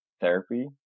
therapy